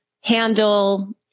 handle